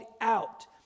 out